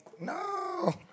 No